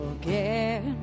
forget